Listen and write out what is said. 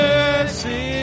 Mercy